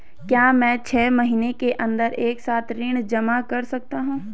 क्या मैं छः महीने के अन्दर एक साथ ऋण जमा कर सकता हूँ?